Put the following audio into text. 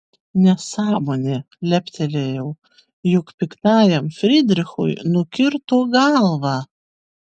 nesąmonė leptelėjau juk piktajam frydrichui nukirto galvą